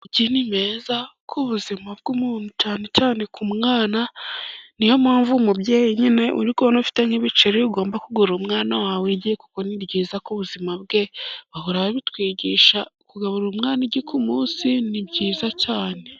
Amagi ni meza ku buzima bw'umuntu cyane cyane ku mwana. Ni yo mpamvu umubyeyi nyine uri kubona ufite nk'ibiceri, ugomba kugurira umwana wawe igi kuko ni byiza ku buzima bwe. Bahora babitwigisha kugaburira umwana igi ku munsi ni byiza cyane.